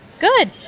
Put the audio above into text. Good